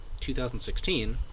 2016